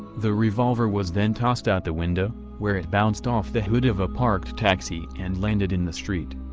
the revolver was then tossed out the window, where it bounced off the hood of a parked taxi and landed in the street.